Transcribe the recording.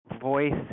voice